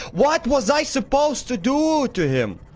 what was i supposed to do to him?